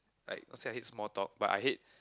like not say I hate small talk but I hate